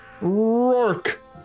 Rourke